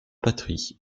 patry